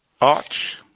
Arch